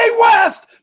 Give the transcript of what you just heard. West